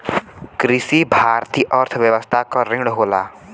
कृषि भारतीय अर्थव्यवस्था क रीढ़ होला